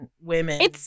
women